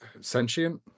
Sentient